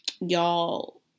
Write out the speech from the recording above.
y'all